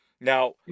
Now